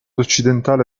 occidentale